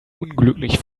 unglücklich